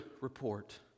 report